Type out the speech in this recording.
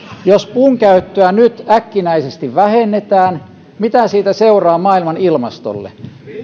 jos puun käyttöä nyt äkkinäisesti vähennetään mitä siitä seuraa maailman ilmastolle